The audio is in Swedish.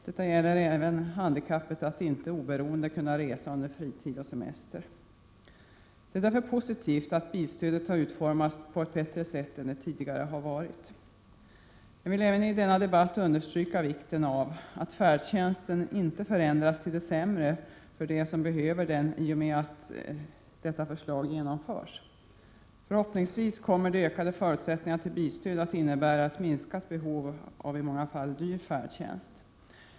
Detta gäller även handikappet att inte oberoende kunna resa under fritid och semester. Det är därför positivt att bilstödet har utformats på ett bättre sätt än tidigare. Jag vill även i denna debatt understryka vikten av att färdtjänsten inte skall förändras till det sämre för dem som behöver den i och med att detta förslag genomförs. Förhoppningsvis kommer de ökade förutsättningarna till bilstöd att innebära ett minskat behov av i många fall dyr färdtjänst.